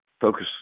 focus